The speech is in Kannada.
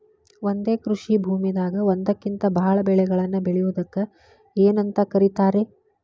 ಒಂದೇ ಕೃಷಿ ಭೂಮಿದಾಗ ಒಂದಕ್ಕಿಂತ ಭಾಳ ಬೆಳೆಗಳನ್ನ ಬೆಳೆಯುವುದಕ್ಕ ಏನಂತ ಕರಿತಾರೇ?